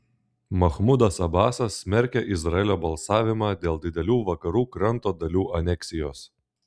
machmudas abasas smerkia izraelio balsavimą dėl didelių vakarų kranto dalių aneksijos